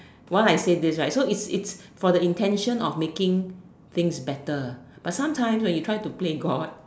while I say this right so it's it's for the intention of making things better but sometimes when you try to play God